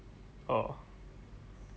orh